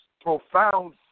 Profound